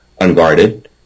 unguarded